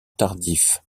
tardif